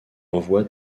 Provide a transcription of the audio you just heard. envoie